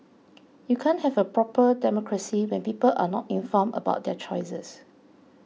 you can't have a proper democracy when people are not informed about their choices